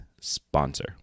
sponsor